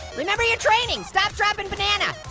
remember your training, stop, drop, and banana.